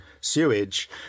sewage